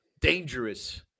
dangerous